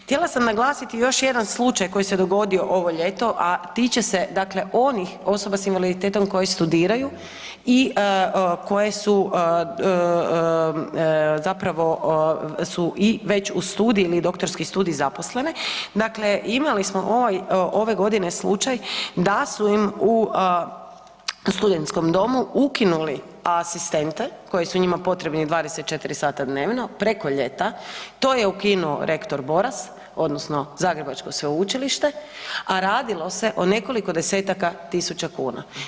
Htjela sam naglasiti još jedan slučaj koji se dogodio ovo ljeto, a tiče se onih osoba s invaliditetom koje studiraju i koje su i već … doktorski studij zaposlene, dakle imali smo ove godine slučaj da su im u studentskom domu ukinuli asistente koji su njima potrebni 24 sata dnevno preko ljeta, to je ukinuo rektor Boras odnosno Zagrebačko sveučilište, a radilo se o nekoliko desetaka tisuća kuna.